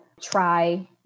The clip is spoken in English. try